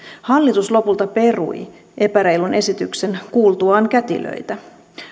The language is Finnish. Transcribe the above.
hallitus lopulta perui epäreilun esityksen kuultuaan kätilöitä